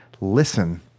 listen